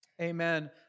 Amen